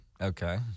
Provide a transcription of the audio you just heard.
Okay